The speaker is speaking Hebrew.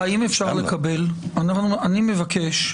אני מבקש,